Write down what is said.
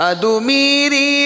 Adumiri